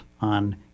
on